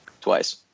twice